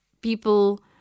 people